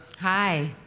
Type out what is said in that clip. Hi